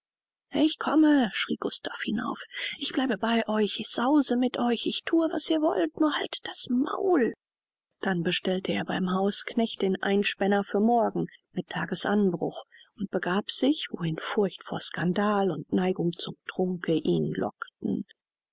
ich komme schrie gustav hinauf ich bleibe bei euch ich sause mit euch ich thue was ihr wollt nur haltet das maul dann bestellte er heim hausknecht den einspänner für morgen mit tages anbruch und begab sich wohin furcht vor skandal und neigung zum trunke ihn lockten